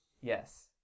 Yes